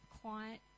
quiet